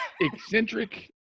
eccentric